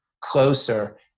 closer